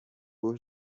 por